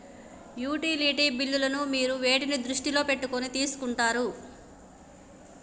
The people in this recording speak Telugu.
యుటిలిటీ బిల్లులను మీరు వేటిని దృష్టిలో పెట్టుకొని తీసుకుంటారు?